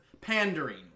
pandering